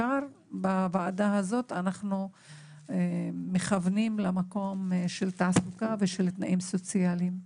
בוועדה הזאת אנחנו מכוונים בעיקר למקום של תעסוקה ושל תנאים סוציאליים.